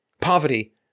Poverty